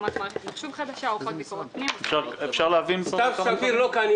הקמת מערכת מחשוב חדשה וכן עורכות ביקורות פנים --- סתיו שפיר לא כאן,